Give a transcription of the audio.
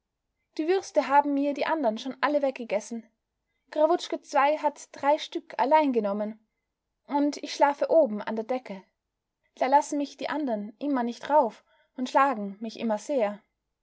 die würste haben mir die andern schon alle weggegessen krawutschke ii hat drei stück allein genommen und ich schlafe oben an der decke da lassen mich die andern immer nicht rauf und schlagen mich immer sehr